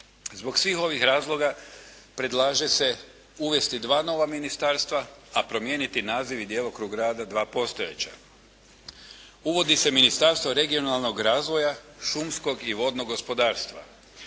Zbog svih ovih razloga predlaže se uvesti dva nova ministarstva, a promijeniti naziv i djelokrug rada dva postojeća. Uvodi se Ministarstvo regionalnog razvoja, šumskog i vodnog gospodarstva.